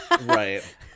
Right